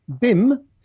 BIM